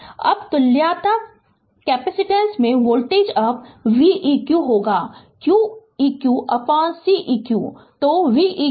अब तुल्यता केपेसिटेनस में वोल्टेज अब v eq होगा q eqCeq